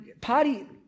party